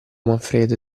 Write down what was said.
manfredo